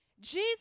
Jesus